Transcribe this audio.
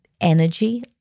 energy